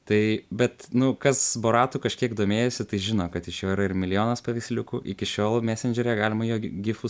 tai bet nu kas boratu kažkiek domėjosi tai žino kad iš jo yra ir milijonas paveiksliukų iki šiol mesendžeryje galima jo gifus